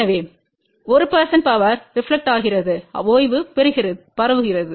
எனவே 1 பவர் ரெப்லக்டெட்கிறது ஓய்வு பரவுகிறது